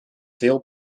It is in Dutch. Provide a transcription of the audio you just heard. veel